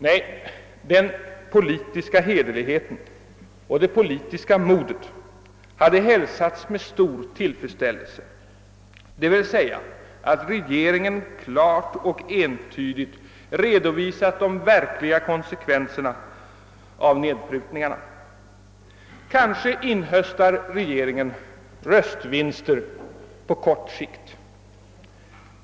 Nej, den politiska hederligheten och det politiska modet hade hälsats med stor tillfredsställelse — regeringen borde klart och tydligt ha redovisat de verkliga konsekvenserna av nedprutningarna. Kanske inhöstar regeringen röstvinster på kort sikt.